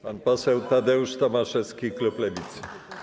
Pan poseł Tadeusz Tomaszewski, klub Lewicy.